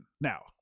Now